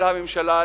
של הממשלה,